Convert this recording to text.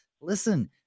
Listen